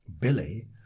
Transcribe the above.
Billy